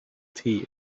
tea